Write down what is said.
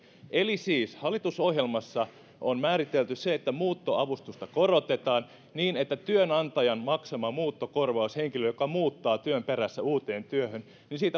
eli siis hallitusohjelmassa on määritelty se että muuttoavustusta korotetaan niin että siitä työnantajan maksamasta muuttokorvauksesta henkilölle joka muuttaa työn perässä uuteen työhön